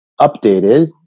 updated